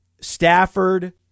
Stafford